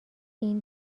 این